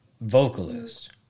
vocalist